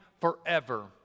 forever